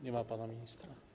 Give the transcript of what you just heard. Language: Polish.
Nie ma pana ministra?